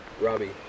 Robbie